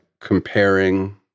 comparing